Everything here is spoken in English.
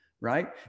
right